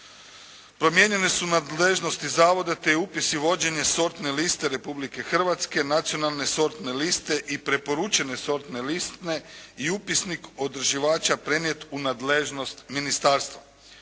Promijenjene su nadležnosti Zavoda te upisi vođenje sortne liste Republike Hrvatske, nacionalne sortne liste i preporučene sortne liste i upisnik …/Govornik se ne razumije./… prenijet u nadležnost ministarstva.